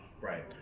Right